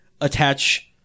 attach